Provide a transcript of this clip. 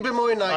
ראיתי במו עיניי.